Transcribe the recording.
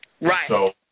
Right